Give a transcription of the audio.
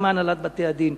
גם מהנהלת בתי-הדין,